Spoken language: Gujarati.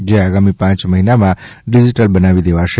જે આગામી પાંચ મહિનામાં ડિજીટલ બનાવી દેવાશે